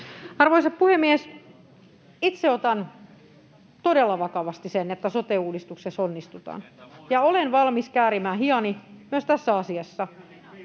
Arvoisa puhemies! Itse otan todella vakavasti sen, että sote-uudistuksessa onnistutaan, [Vilhelm Junnilan välihuuto] ja olen valmis käärimään hihani myös tässä asiassa.